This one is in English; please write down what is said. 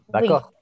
D'accord